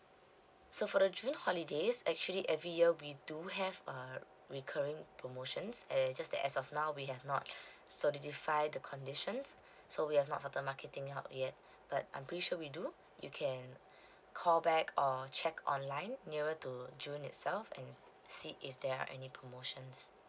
so for the june holidays actually every year we do have a recurring promotions and just that as of now we have not solidify the conditions so we have not started marketing out yet but I'm pretty sure we do you can call back or check online nearer to june itself and see if there are any promotions